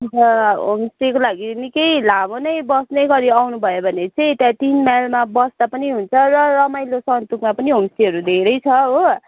अन्त होमस्टेको लागि निकै लामो नै बस्ने गरी आउनु भयो भने चाहिँ त्यहाँ तिन माइलमा बस्दा पनि हुन्छ र रमाइलो सन्तुकमा पनि होमस्टेहरू धेरै छ हो